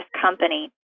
company